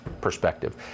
perspective